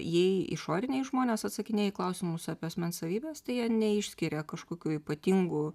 jei išoriniai žmonės atsakinėja į klausimus apie asmens savybes tai jie neišskiria kažkokių ypatingų